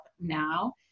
now